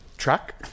Truck